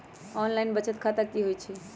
Online बचत खाता की होई छई?